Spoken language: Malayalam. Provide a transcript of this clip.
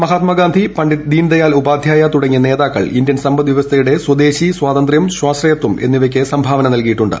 മഹാത്മാഗാന്ധി പിണ്ണ്ഡിറ്റ് ദീൻദയാൽ ഉപാധ്യായ തുടങ്ങിയ നേതാക്കൾ ഇന്ത്യൻ സമ്പദ്വ്യവസ്ഥയുടെ സ്വദേശി സ്വാതന്ത്ര്യം സ്വാശ്രയത്വം എന്നിവയ്ക്ക് സംഭാവന നൽകിയിട്ടുണ്ട്